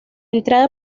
entrada